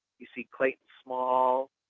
you see clayton small,